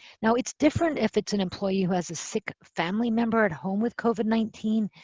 now, it's different if it's an employee who has a sick family member at home with covid nineteen.